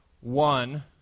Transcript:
one